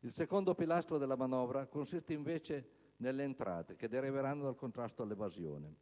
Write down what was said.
Il secondo pilastro della manovra consiste invece nelle entrate che deriveranno dal contrasto all'evasione.